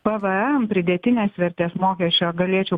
pvm pridėtinės vertės mokesčio galėčiau